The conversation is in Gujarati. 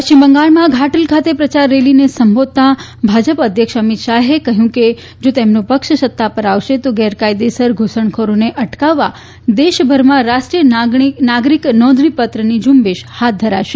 પશ્ચિમ બંગાળમાં ઘાટલ ખાતે પ્રચાર રેલીને સંબોધતા ભાજપ અધ્યક્ષ અમિત શાહે જણાવ્યું કે જો તેમનો પક્ષ સત્તામાં આવશે તો તે ગેરકાયદેસર ઘુસણખોરોને અટકાવવા દેશભરમાં રાષ્ટ્રીય નાગરિક નોંધણીપત્રની ઝુંબેશ હાથ ધરશે